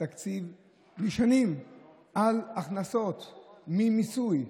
התקציב נשענים על הכנסות ממיסוי,